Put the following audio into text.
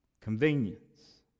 convenience